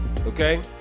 okay